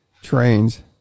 Trains